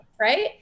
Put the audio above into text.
Right